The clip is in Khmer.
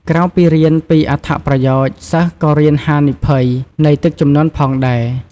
ក្រៅពីរៀនពីអត្ថប្រយោជន៍ សិស្សក៏រៀនហានិភ័យនៃទឹកជំនន់ផងដែរ។